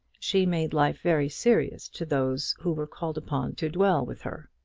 she made life very serious to those who were called upon to dwell with her.